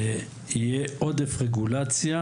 שיהיה עודף רגולציה,